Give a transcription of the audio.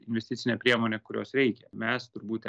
investicinę priemonę kurios reikia mes turbūt